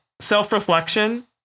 self-reflection